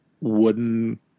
wooden